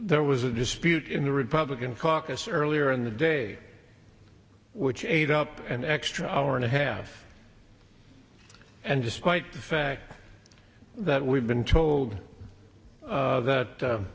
there was a dispute in the republican caucus earlier in the day which ate up an extra hour and a half and despite the fact that we've been told that